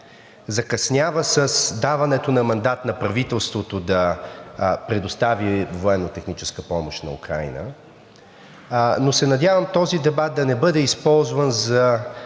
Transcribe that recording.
закъснява с даването на мандат на правителството да предостави военнотехническа помощ на Украйна, но се надявам този дебат да не бъде използван за